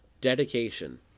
dedication